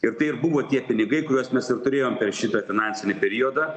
ir tai ir buvo tie pinigai kuriuos mes ir turėjom per šitą finansinį periodą